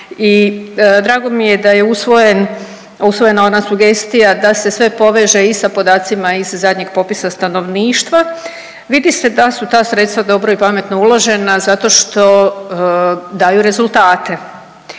i drago mi je da je usvojen, usvojena ona sugestija da se sve poveže i sa podacima iz zadnjeg popisa stanovništva, vidi se da su ta sredstva dobro i pametno uložena zato što daju rezultate.